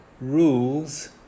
rules